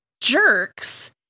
jerks